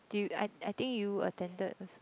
do I I think you attended also